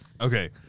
Okay